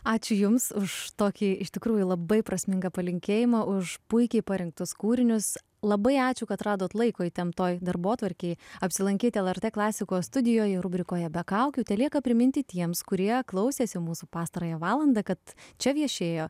ačiū jums už tokį iš tikrųjų labai prasmingą palinkėjimą už puikiai parinktus kūrinius labai ačiū kad radot laiko įtemptoj darbotvarkėj apsilankyt lrt klasikos studijoj rubrikoje be kaukių telieka priminti tiems kurie klausėsi mūsų pastarąją valandą kad čia viešėjo